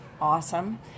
awesome